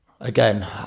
again